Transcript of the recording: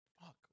fuck